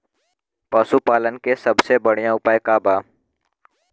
पशु पालन के सबसे बढ़ियां उपाय का बा?